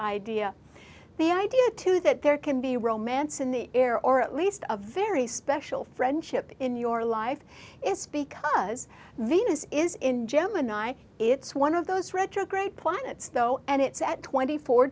idea the idea too that there can be romance in the air or at least a very special friendship in your life it's because venus is in gemini it's one of those retrograde planets though and it's at twenty four